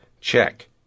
check